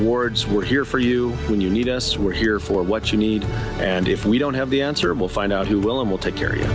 wards we're here for you when you need us we're here for what you need and if we don't have the answer we'll find out who will and we'll take care